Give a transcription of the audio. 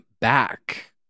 back